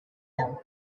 him